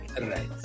Right